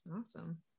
awesome